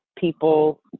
people